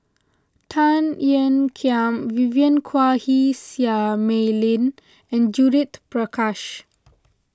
Tan Ean Kiam Vivien Quahe Seah Mei Lin and Judith Prakash